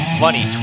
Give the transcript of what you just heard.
funny